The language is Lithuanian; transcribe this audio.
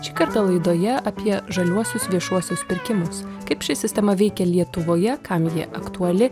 šį kartą laidoje apie žaliuosius viešuosius pirkimus kaip ši sistema veikia lietuvoje kam ji aktuali